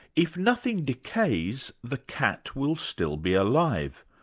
if nothing decays, the cat will still be alive,